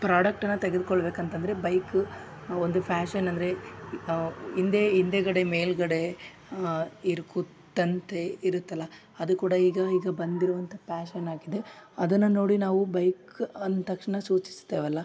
ಪ್ರಾಡಕ್ಟ್ನ ತೆಗೆದ್ಕೊಳ್ಳಬೇಕು ಅಂತಂದರೆ ಬೈಕ್ ಒಂದು ಫ್ಯಾಶನ್ ಅಂದರೆ ಹಿಂದೆಗಡೆ ಮೇಲ್ಗೆಡೆ ಇರುಕುತಂತೆ ಇರುತ್ತಲ್ಲ ಅದು ಕೂಡ ಈಗ ಈಗ ಬಂದಿರುವಂಥಾ ಪ್ಯಾಶನ್ ಆಗಿದೆ ಅದನ್ನ ನೋಡಿ ನಾವು ಬೈಕ್ ಅಂದ ತಕ್ಷಣ ಸೂಚಿಸ್ತೇವೆ ಅಲ್ಲ